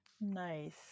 nice